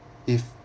if